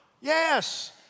Yes